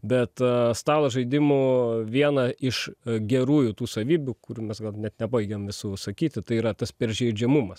bet a stalo žaidimų viena iš gerųjų tų savybių kurių mes gal net nepabaigėm visų sakyti tai yra tas peržeidžiamumas